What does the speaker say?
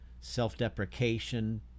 self-deprecation